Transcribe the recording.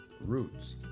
Roots